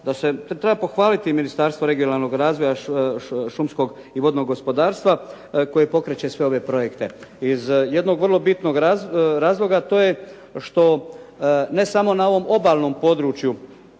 da se treba pohvaliti i Ministarstvo regionalnog razvoja, šumskog i vodnog gospodarstva koji pokreće sve ove projekte. Iz jednog vrlo bitnog razloga to je što ne samo na ovom obalnom području